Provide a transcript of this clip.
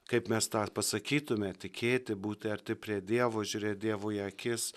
kaip mes tą pasakytume tikėti būti arti prie dievo žiūrėt dievui į akis